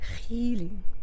healing